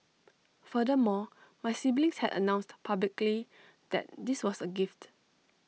furthermore my siblings had announced publicly that this was A gift